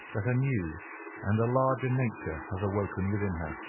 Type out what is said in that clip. that a new and a larger nature has awoken within her.